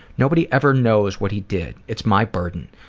nobody ever knows what he did. it's my burden.